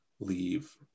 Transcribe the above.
Leave